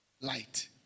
Light